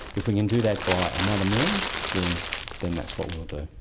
if we can do that by another means then then that's what we'll do.